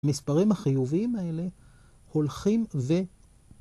המספרים החיובים האלה הולכים ו...